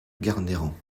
garnerans